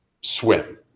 swim